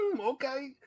Okay